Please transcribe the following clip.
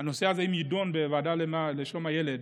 שאם הנושא הזה יידון בוועדה לשלום הילד,